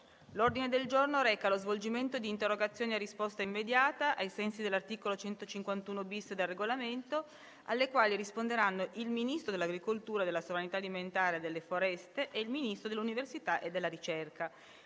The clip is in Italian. L'ordine del giorno reca lo svolgimento di interrogazioni a risposta immediata (cosiddetto *question time*), ai sensi dell'articolo 151-*bis* del Regolamento, alle quali risponderanno il Ministro dell'agricoltura, della sovranità alimentare e delle foreste e il Ministro dell'università e della ricerca.